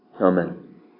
Amen